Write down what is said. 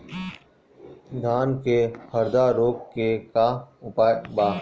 धान में हरदा रोग के का उपाय बा?